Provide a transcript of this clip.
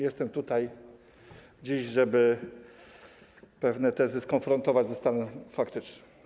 Jestem tutaj dziś po to, żeby pewne tezy skonfrontować ze stanem faktycznym.